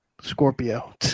Scorpio